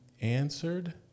answered